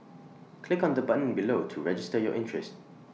click on the button below to register your interest